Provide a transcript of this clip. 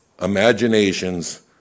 imaginations